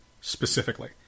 specifically